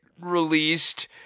released